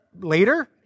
later